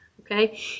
Okay